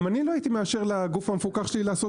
גם אני לא הייתי מאשר לגוף המפוקח שלי לעשות